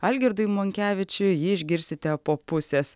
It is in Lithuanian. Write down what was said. algirdui monkevičiui jį išgirsite po pusės